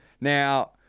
Now